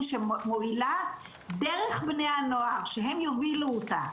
שמועילה דרך בני הנוער שהם יובילו אותה,